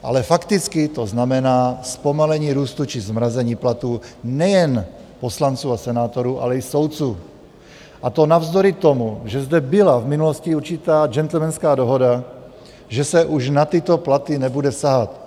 Ale fakticky to znamená zpomalení růstu či zmrazení platů nejen poslanců a senátorů, ale i soudců, a to navzdory tomu, že zde byla v minulosti určitá gentlemanská dohoda, že se už na tyto platy nebude sahat.